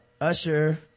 usher